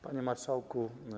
Panie Marszałku!